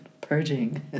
purging